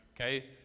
Okay